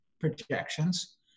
projections